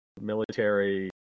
military